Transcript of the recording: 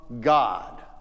God